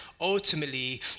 ultimately